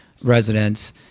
residents